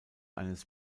eines